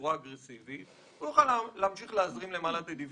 בצורה אגרסיבית כך שהוא יוכל להזרים למעלה את הדיבידנדים,